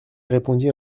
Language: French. répondit